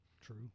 true